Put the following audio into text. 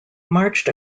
marched